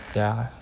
ya